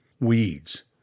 Weeds